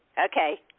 Okay